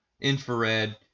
Infrared